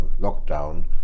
lockdown